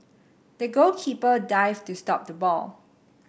the goalkeeper dived to stop the ball